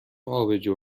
آبجو